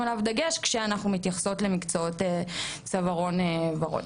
עליו דגש כשאנחנו מתייחסות למקצועות צווארון וורוד.